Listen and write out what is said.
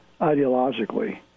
ideologically